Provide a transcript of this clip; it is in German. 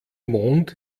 mond